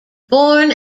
born